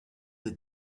des